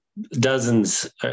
dozens